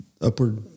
upward